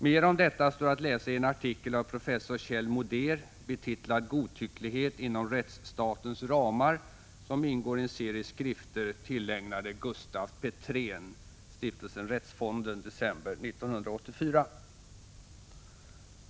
Mera om detta står att läsa i en artikel av professor Kjell Modéer betitlad Godtycklighet inom rättsstatens ramar, som ingår i en serie skrifter tillägnade Gustaf Petrén, utgivna av stiftelsen Rättsfonden, december 1984.